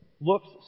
looks